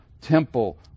temple